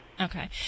Okay